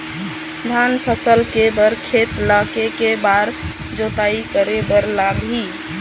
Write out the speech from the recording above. धान फसल के बर खेत ला के के बार जोताई करे बर लगही?